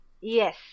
Yes